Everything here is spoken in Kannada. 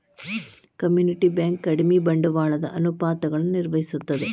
ಕಮ್ಯುನಿಟಿ ಬ್ಯಂಕ್ ಕಡಿಮಿ ಬಂಡವಾಳದ ಅನುಪಾತಗಳನ್ನ ನಿರ್ವಹಿಸ್ತದ